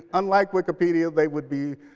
unlike wikipedia, they would be